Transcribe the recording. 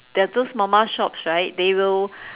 there are those Mama shops right they will